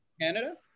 Canada